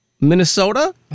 Minnesota